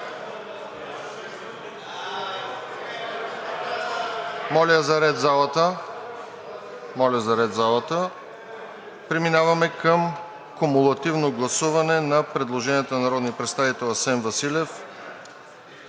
Моля за ред в залата. Преминаваме към кумулативно гласуване на предложенията на